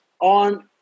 on